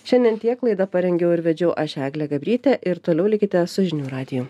šiandien tiek laidą parengiau ir vedžiau aš eglė gabrytė ir toliau likite su žinių radiju